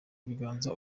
ibiganza